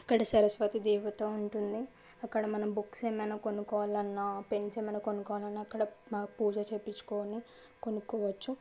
ఇక్కడ సరస్వతి దేవత ఉంటుంది అక్కడ మనం బుక్స్ ఏమైనా కొనుక్కోవాలి అన్న పెంచమని కొనుక్కొని అక్కడ మాకు పూజ చేపించుకొని కొనుక్కోవచ్చు